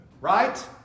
Right